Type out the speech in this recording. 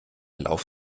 lauf